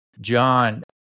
John